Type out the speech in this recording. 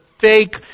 fake